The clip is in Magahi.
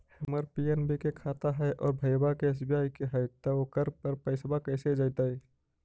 हमर पी.एन.बी के खाता है और भईवा के एस.बी.आई के है त ओकर पर पैसबा कैसे जइतै?